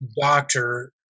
doctor